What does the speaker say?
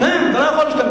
כן, אתה לא יכול להשתמש.